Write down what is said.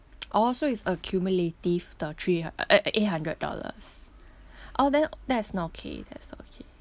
orh so it's accumulative the three uh uh eight hundred dollars orh then that's still okay that's still okay